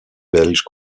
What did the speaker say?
belges